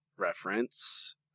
reference